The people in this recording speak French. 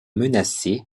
menacée